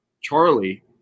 Charlie